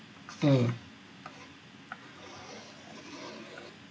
mm